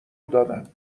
دادم